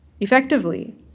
Effectively